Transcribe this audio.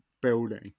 building